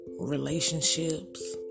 relationships